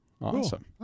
Awesome